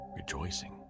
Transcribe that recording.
rejoicing